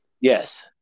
Yes